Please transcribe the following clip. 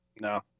No